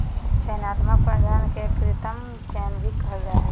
चयनात्मक प्रजनन के कृत्रिम चयन भी कहल जा हइ